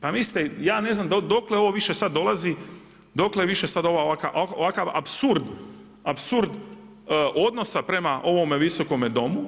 Pa mislite, ja ne znam dokle ovo više sada dolazi, dokle više sada ovaj ovakav apsurd odnosa prema ovome Visokome domu.